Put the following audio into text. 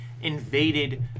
invaded